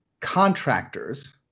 contractors